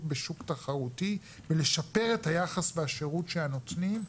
בשוק תחרותי ולשפר את היחס והשירות שהם נותנים.